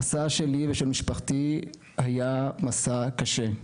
המסע שלי ושל משפחתי היה מסע קשה,